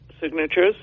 signatures